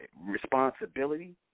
responsibility